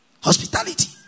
hospitality